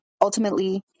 ultimately